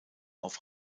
auf